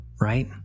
right